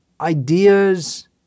ideas